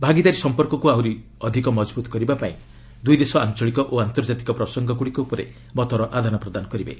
ଭାଗିଦାରୀ ସମ୍ପର୍କକୁ ଆହୁରି ମଜବୁତ କରିବା ପାଇଁ ଦୁଇ ଦେଶ ଆଞ୍ଚଳିକ ଓ ଆନ୍ତର୍ଜାତିକ ପ୍ରସଙ୍ଗଗୁଡ଼ିକ ଉପରେ ମତର ଆଦାନ ପ୍ରଦାନ କରିବେ